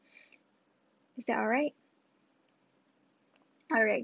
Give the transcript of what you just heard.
is that alright alright